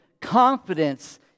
confidence